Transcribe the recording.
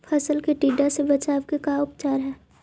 फ़सल के टिड्डा से बचाव के का उपचार है?